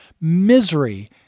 misery